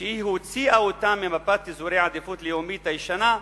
שהיא הוציאה אותם ממפת אזורי העדיפות הלאומית הישנה,